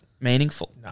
Meaningful